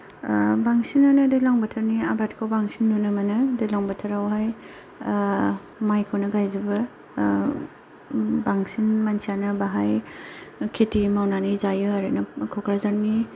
ओ बांसिनानो दैलां बोथोरनि आबादखौ बांसिन नुनो मोनो दैलां बोथोरावहाय ओ माइखौनो गायजोबो ओ बांसिन मानसियानो बाहाय खेति मावनानै जायो आरोना कक्राझारनि